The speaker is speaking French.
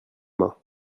mains